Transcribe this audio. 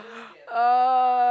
uh